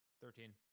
Thirteen